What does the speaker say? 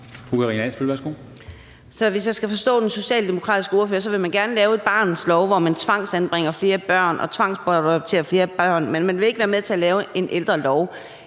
Hvis jeg har forstået den socialdemokratiske ordfører ret, vil man gerne lave en barnets lov, hvor man tvangsanbringer og tvangsadopterer flere børn, men man vil ikke være med til at lave en ældrelov